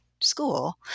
school